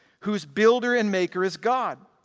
whose builder and maker is god.